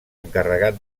encarregat